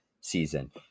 season